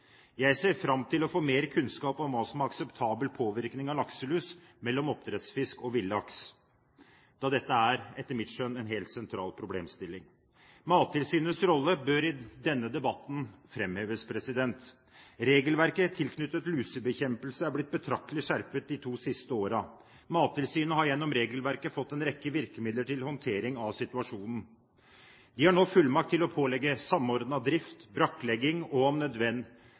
Jeg ser fram til å få mer kunnskap om hva som er akseptabel påvirkning av lakselus mellom oppdrettsfisk og villaks, da dette etter mitt skjønn er en helt sentral problemstilling. Mattilsynets rolle bør i denne debatten framheves. Regelverket tilknyttet lusebekjempelse er blitt betraktelig skjerpet de to siste årene. Mattilsynet har gjennom regelverket fått en rekke virkemidler til å håndtere situasjonen. De har nå fullmakt til å pålegge samordnet drift, brakklegging og – om nødvendig